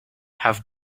have